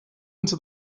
into